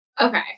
Okay